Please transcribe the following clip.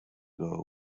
ago